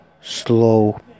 slow